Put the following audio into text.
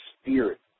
spirit